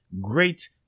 great